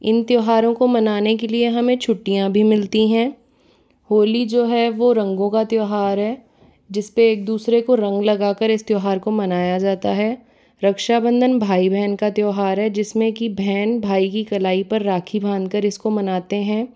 इन त्योहारों को मनाने के लिए हमें छुट्टियां भी मिलती हैं होली जो है वो रंगों का त्योहार है जिसपे एक दूसरे को रंग लगाकर इस त्योहार को मनाया जाता है रक्षाबंधन भाई बहन का त्योहार है जिसमें की बहन भाई की कलाई पर राखी बांधकर इसको मनाते हैं